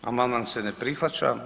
Amandman se ne prihvaća.